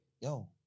Yo